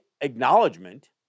acknowledgement